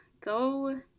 Go